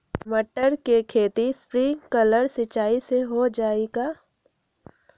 मटर के खेती स्प्रिंकलर सिंचाई से हो जाई का?